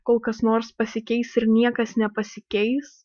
kol kas nors pasikeis ir niekas nepasikeis